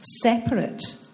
separate